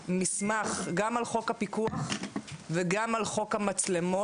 מסמך גם על חוק הפיקוח וגם על חוק המצלמות,